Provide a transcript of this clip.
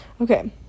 Okay